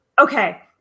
okay